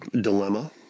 dilemma